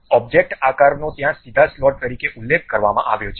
object આકારનો ત્યાં સીધા સ્લોટ તરીકે ઉલ્લેખ કરવામાં આવ્યો છે